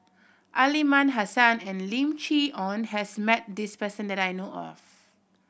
Aliman Hassan and Lim Chee Onn has met this person that I know of